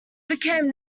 became